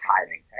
tithing